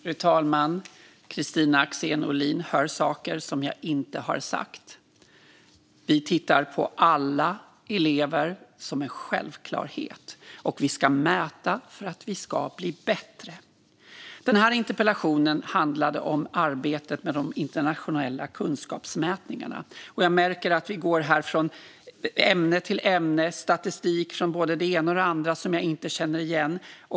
Fru talman! Kristina Axén Olin hör saker som jag inte har sagt. Vi tittar på alla elever som en självklarhet, och vi ska mäta för att vi ska bli bättre. Den här interpellationen handlade om arbetet med de internationella kunskapsmätningarna. Jag märker att vi går från ämne till ämne med statistik från det ena och det andra som jag inte känner igen.